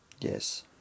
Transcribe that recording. yes